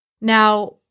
Now